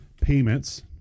payments